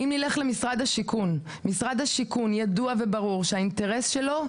ברור וידוע כי האינטרס של משרד השיכון